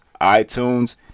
itunes